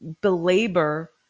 belabor